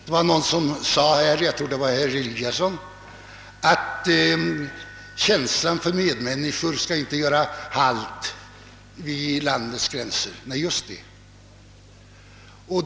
Det var någon som sade — jag tror att det var herr Eliasson i Sundborn — att känslan för medmänniskan inte skall göra halt vid landets gränser. Nej, just det!